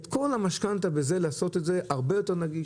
את כל זה לעשות הרבה יותר נגיש,